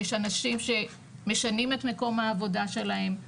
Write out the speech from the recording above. יש אנשים שמשנים את מקום העבודה שלהם,